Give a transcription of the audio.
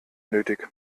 nötig